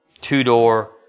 two-door